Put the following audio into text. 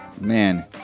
Man